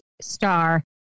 star